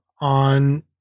on